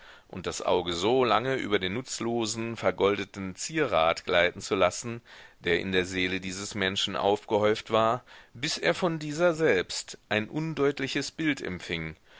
und das auge so lange über den nutzlosen vergoldeten zierat gleiten zu lassen der in der seele dieses menschen aufgehäuft war bis er von dieser selbst ein undeutliches bild empfing